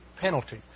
penalty